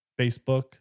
Facebook